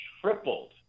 tripled